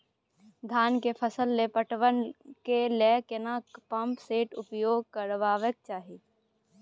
धान के फसल पटवन के लेल केना पंप सेट उपयोग करबाक चाही?